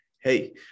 hey